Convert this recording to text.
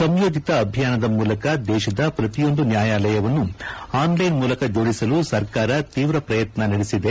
ಸಂಯೋಜಿತ ಅಭಿಯಾನದ ಮೂಲಕ ದೇಶದ ಪ್ರತಿಯೊಂದು ನ್ಯಾಯಾಲಯವನ್ನು ಆನ್ಲೈನ್ ಮೂಲಕ ಜೋಡಿಸಲು ಸರ್ಕಾರ ತೀವ್ರ ಪ್ರಯತ್ನ ನಡೆಸಿದೆ